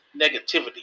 negativity